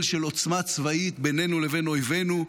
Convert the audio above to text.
של עוצמה צבאית בינינו לבין אויבינו.